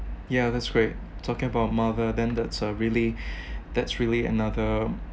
yeah that's great talking about mother then that's uh really that's really another